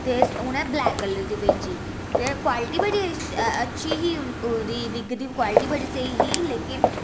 ते उनें black colour दी भेजी क्वालिटी बड़ी अच्छी ही उदी बिग दी क्वालिटी बड़ी स्हेई ही लेकिन